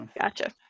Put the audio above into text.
gotcha